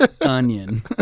Onion